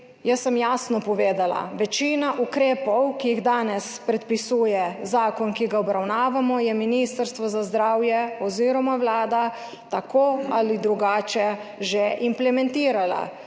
Jaz sem jasno povedala, večino ukrepov, ki jih danes predpisuje zakon, ki ga obravnavamo, je Ministrstvo za zdravje oziroma Vlada tako ali drugače že implementirala,